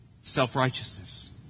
Self-righteousness